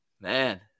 Man